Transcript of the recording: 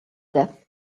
death